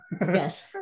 Yes